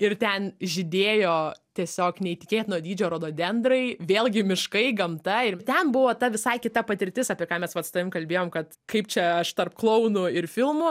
ir ten žydėjo tiesiog neįtikėtino dydžio rododendrai vėlgi miškai gamta ir ten buvo ta visai kita patirtis apie ką mes vat su tavim kalbėjom kad kaip čia aš tarp klounų ir filmų